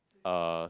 uh